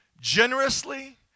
generously